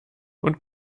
und